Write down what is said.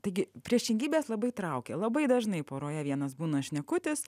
taigi priešingybės labai traukia labai dažnai poroje vienas būna šnekutis